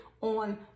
on